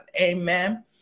Amen